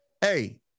hey –